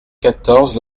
quatorze